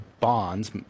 bonds